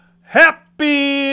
Happy